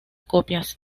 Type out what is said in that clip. copias